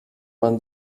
man